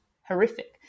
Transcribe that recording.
horrific